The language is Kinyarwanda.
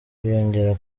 kwiyongera